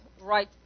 right